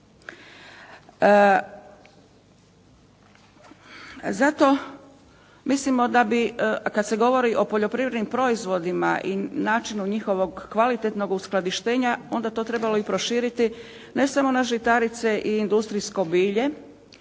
Zato mislimo da bi, a kada se govori o poljoprivrednim proizvodima i načinu njihovog kvalitetnog uskladištenja onda je to trebalo proširiti ne samo na žitarice i industrijsko bilje